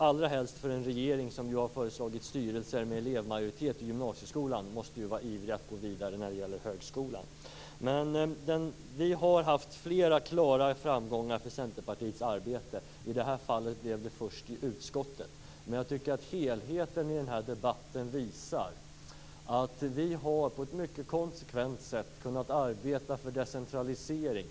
Allra helst en regering som har föreslagit styrelser med elevmajoritet i gymnasieskolan måste vara ivrig att gå vidare när det gäller högskolan. Vi har nått flera klara framgångar för Centerpartiets arbete. I det här fallet blev det först i utskottet. Men jag tycker att helheten i den här debatten visar att vi på ett mycket konsekvent sätt har kunnat arbeta för decentralisering.